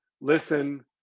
listen